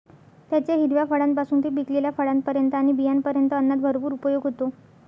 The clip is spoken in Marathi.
त्याच्या हिरव्या फळांपासून ते पिकलेल्या फळांपर्यंत आणि बियांपर्यंत अन्नात भरपूर उपयोग होतो